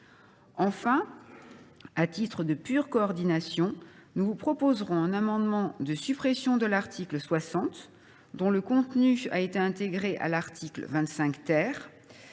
Enfin, à titre de pure coordination, nous vous proposerons un amendement de suppression de l’article 60, dont le contenu a été intégré à l’article 25 .